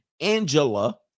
Angela